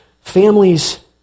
Families